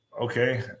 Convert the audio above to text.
Okay